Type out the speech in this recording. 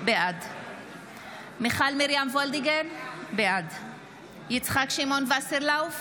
בעד מיכל מרים וולדיגר, בעד יצחק שמעון וסרלאוף,